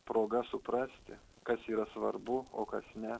proga suprasti kas yra svarbu o kas ne